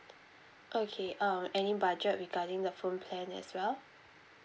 okay um any budget regarding the phone plan as well